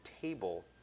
table